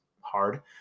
hard